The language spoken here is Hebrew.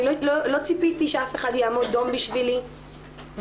אני לא ציפיתי שאף אחד יעמוד דום בשבילי ולא